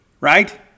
right